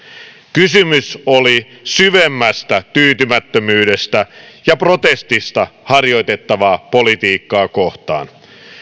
kysymys oli syvemmästä tyytymättömyydestä ja protestista harjoitettavaa politiikkaa kohtaan